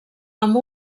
amb